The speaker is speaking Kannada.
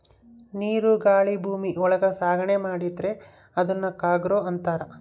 ನೀರು ಗಾಳಿ ಭೂಮಿ ಒಳಗ ಸಾಗಣೆ ಮಾಡಿದ್ರೆ ಅದುನ್ ಕಾರ್ಗೋ ಅಂತಾರ